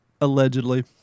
Allegedly